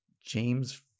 James